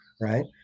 right